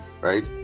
right